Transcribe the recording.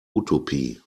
utopie